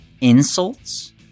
Insults